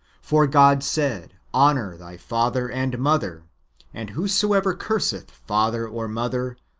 for god said, honour thy father and mother and, whosoever curseth father or mother,